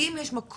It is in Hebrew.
האם יש מקום